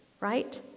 right